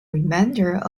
remainder